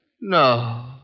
No